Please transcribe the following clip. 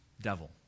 devil